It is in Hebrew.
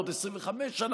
בעוד 25 שנה,